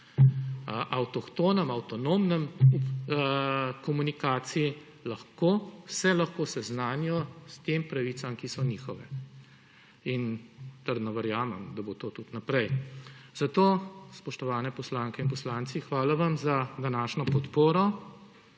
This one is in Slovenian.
avtohtoni, avtonomni komunikaciji se lahko seznanijo s temi pravicami, ki so njihove. In trdno verjamem, da bo tako tudi naprej. Zato, spoštovane poslanke in poslanci, hvala vam za današnjo podporo;